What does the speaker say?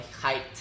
height